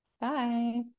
Bye